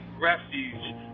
refuge